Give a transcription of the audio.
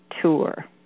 Tour